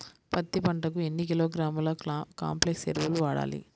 పత్తి పంటకు ఎన్ని కిలోగ్రాముల కాంప్లెక్స్ ఎరువులు వాడాలి?